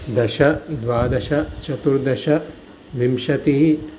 दश द्वादश चतुर्दश विंशतिः